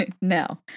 no